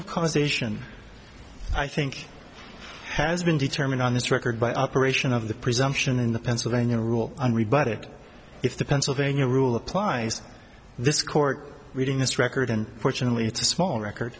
causation i think has been determined on this record by operation of the presumption in the pennsylvania rule and rebut it if the pennsylvania rule applies this court reading this record and fortunately it's a small record